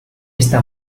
esta